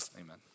Amen